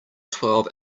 twelve